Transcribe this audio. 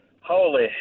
holy